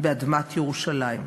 באדמת ירושלים".